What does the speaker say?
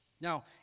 Now